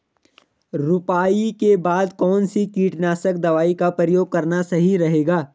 रुपाई के बाद कौन सी कीटनाशक दवाई का प्रयोग करना सही रहेगा?